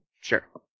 Sure